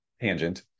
Tangent